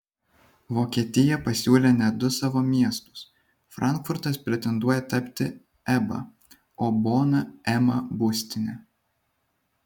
vokietija pasiūlė net du savo miestus frankfurtas pretenduoja tapti eba o bona ema būstine